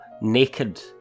naked